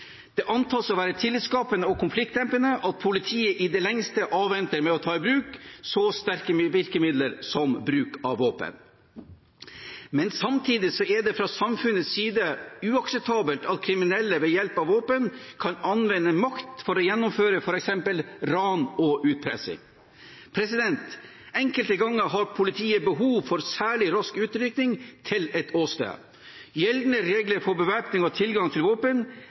Det antas å være tillitskapende og konfliktdempende at politiet i det lengste avventer med å ta i bruk så sterke virkemidler som bruk av våpen. Men samtidig er det fra samfunnets side uakseptabelt at kriminelle ved hjelp av våpen kan anvende makt for å gjennomføre f.eks. ran og utpressing. Enkelte ganger har politiet behov for særlig rask utrykning til et åsted. Gjeldende regler for bevæpning og tilgang til våpen